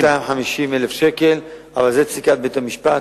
אני מכיר 250,000 שקל, אבל זו פסיקת בית-המשפט.